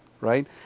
right